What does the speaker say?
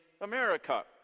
America